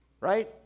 Right